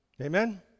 Amen